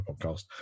podcast